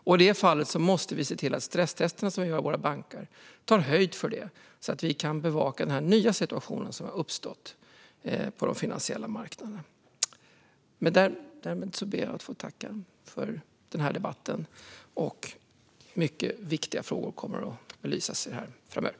Vi måste se till att ta höjd för det i stresstesterna som vi gör med våra banker, så att vi kan bevaka den nya situationen på de finansiella marknaderna. Därmed ber jag att få tacka för debatten. Det är mycket viktiga frågor som kommer att belysas mer framöver.